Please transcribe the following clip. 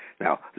Now